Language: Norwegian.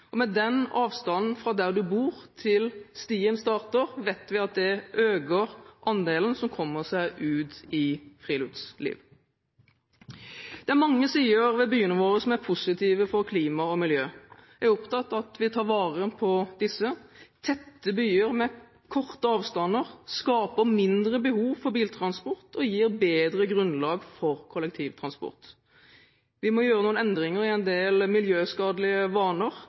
Med den avstanden fra der en bor, til der stien starter, vet vi at det øker andelen som benytter seg av friluftsliv. Det er mange sider ved byene våre som er positive for klima og miljø. Jeg er opptatt av at vi tar vare på disse. Tette byer med korte avstander skaper mindre behov for biltransport og gir bedre grunnlag for kollektivtransport. Vi må gjøre noen endringer i en del miljøskadelige vaner,